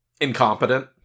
incompetent